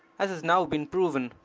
as has now been proven.